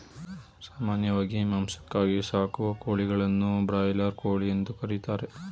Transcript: ಸಾಮಾನ್ಯವಾಗಿ ಮಾಂಸಕ್ಕಾಗಿ ಸಾಕುವ ಕೋಳಿಗಳನ್ನು ಬ್ರಾಯ್ಲರ್ ಕೋಳಿ ಎಂದು ಕರಿತಾರೆ